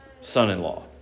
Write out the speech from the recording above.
son-in-law